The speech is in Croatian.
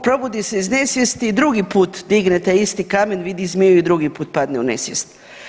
Probudi se iz nesvijesti i drugi put digne taj isti kamen vidi zmiju i drugi put padne u nesvijest.